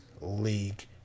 League